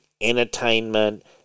entertainment